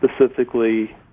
specifically